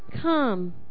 Come